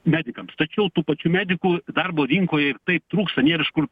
medikams tačiau tų pačių medikų darbo rinkoje ir taip trūksta nėr iš kur